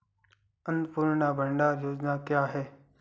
अन्नपूर्णा भंडार योजना क्या है?